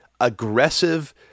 aggressive